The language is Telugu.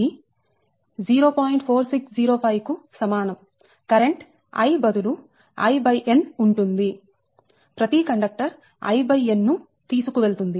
4605 కు సమానం కరెంట్ I బదులు In ఉంటుంది ప్రతి కండక్టర్ In ను తీసుకెళుతుంది